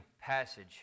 passage